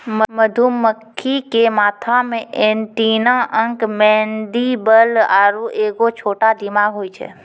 मधुमक्खी के माथा मे एंटीना अंक मैंडीबल आरु एगो छोटा दिमाग होय छै